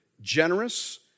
generous